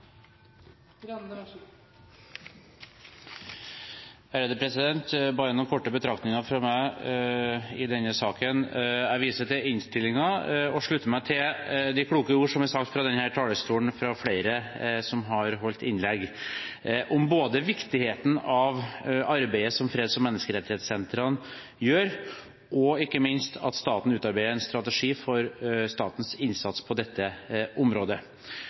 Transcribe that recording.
Bare noen korte betraktninger fra meg i denne saken. Jeg viser til innstillingen og slutter meg til de kloke ord som er sagt fra denne talerstolen fra flere som har holdt innlegg, både om viktigheten av arbeidet som freds- og menneskerettighetssentrene gjør, og ikke minst om at staten utarbeider en strategi for sin innsats på dette området.